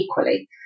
equally